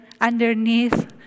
underneath